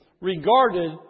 regarded